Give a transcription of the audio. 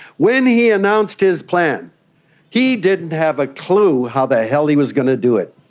when he announced his plan he didn't have a clue how the hell he was going to do it.